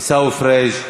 עיסאווי פריג'.